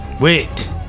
Wait